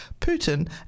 Putin